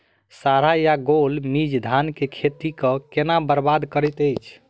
साढ़ा या गौल मीज धान केँ खेती कऽ केना बरबाद करैत अछि?